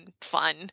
fun